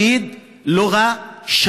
איננו רוצים שפת שב"כ,